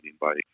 bike